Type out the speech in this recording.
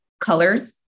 colors